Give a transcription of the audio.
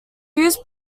used